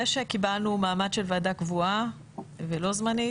זה שקיבלנו מעמד של ועדה קבועה ולא זמנית